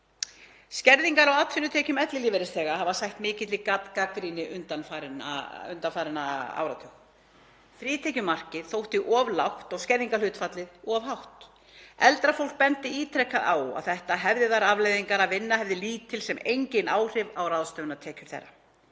„Skerðingar á atvinnutekjum ellilífeyrisþega hafa sætt mikilli gagnrýni undanfarinn áratug. Frítekjumarkið þótti of lágt og skerðingarhlutfallið of hátt. Eldra fólk benti ítrekað á að þetta hefði þær afleiðingar að vinna hefði lítil sem engin áhrif á ráðstöfunartekjur.